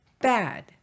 bad